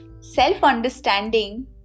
self-understanding